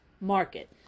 market